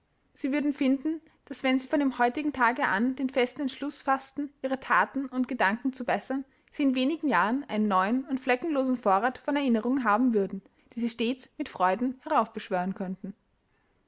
sie würden finden daß wenn sie von dem heutigen tage an den festen entschluß faßten ihre thaten und gedanken zu bessern sie in wenigen jahren einen neuen und fleckenlosen vorrat von erinnerungen haben würden die sie stets mit freuden heraufbeschwören könnten